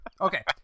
Okay